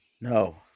No